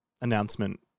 announcement